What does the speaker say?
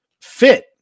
fit